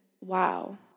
Wow